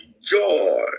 joy